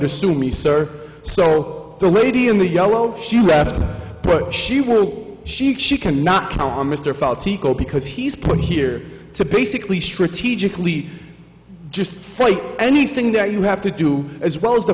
to sue me sir so the lady in the yellow she laughed but she will she she can not count on mr felt's eco because he's put here to basically strategically just fight anything that you have to do as well as the